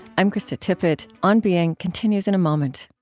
i'm krista tippett. on being continues in a moment